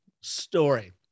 story